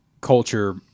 culture